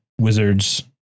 Wizards